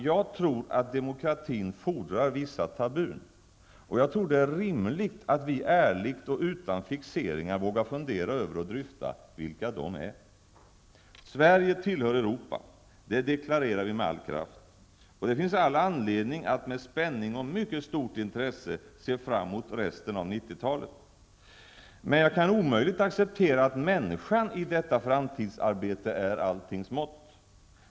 Jag tror att demokratin fordrar vissa tabun och jag tror att det är rimligt att vi ärligt och utan fixeringar vågar fundera över och dryfta vilka de är. Sverige tillhör Europa. Det deklarerar vi med all kraft. Och det finns all anledning att med spänning och mycket stort intresse se fram mot resten av 90 Men jag kan omöjligt acceptera att människan i detta framtidsarbete är alltings mått.